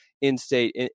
in-state